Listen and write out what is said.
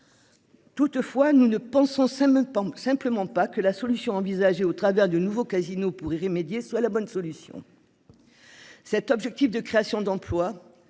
Toutefois, nous ne pensons c'est même pas simplement pas que la solution envisagée au travers de nouveau casino pourrait remédier soit la bonne solution. Cet objectif de création d'emplois.